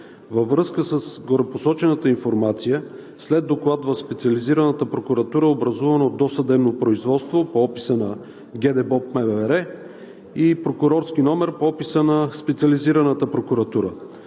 Във връзка с горепосочената информация, след Доклад в Специализираната прокуратура, е образувано досъдебно производство по описа на ГДБОП – МВР, и прокурорски номер по описа на Специализираната прокуратура.